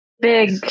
big